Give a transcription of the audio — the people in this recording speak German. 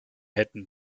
hätten